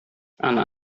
anak